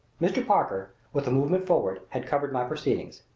mr. parker, with a movement forward, had covered my proceedings.